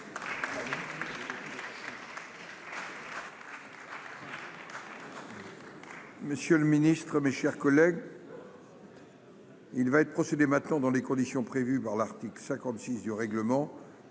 Monsieur le Ministre, mes chers collègues. Il va être procédé maintenant dans les conditions prévues par l'article 56 du règlement